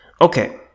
Okay